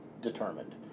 determined